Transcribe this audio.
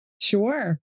Sure